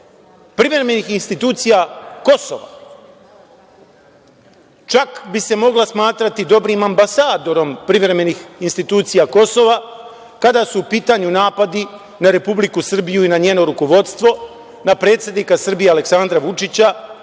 privremenih institucija Kosova, čak bi se mogla smatrati dobrim ambasadorom privremenih institucija Kosova kada su u pitanju napadi na Republiku Srbiju i na njeno rukovodstvo, na predsednika Srbije Aleksandra Vučića,